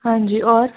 हांजी और